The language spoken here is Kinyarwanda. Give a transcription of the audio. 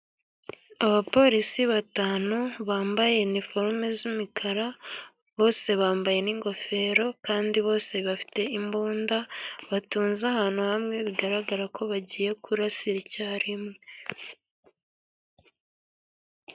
Abapolisi batanu bambaye iniforume z'imikara, bose bambaye n'ingofero kandi bose bafite imbunda, batunze ahantu hamwe bigaragara ko bagiye kurasira icyarimwe.